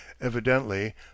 evidently